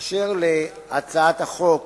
אשר להצעת החוק